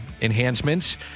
enhancements